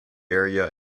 area